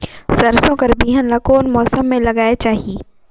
सरसो कर बिहान ला कोन मौसम मे लगायेक चाही?